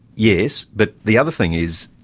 yes, but the other thing is,